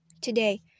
Today